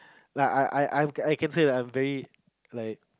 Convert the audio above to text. like I I I I can say like I'm very like